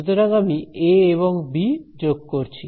সুতরাং আমি এ এবং বি যোগ করছি